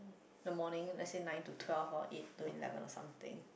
the morning let's say nine to twelve or eight to eleven or something